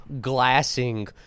glassing